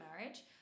marriage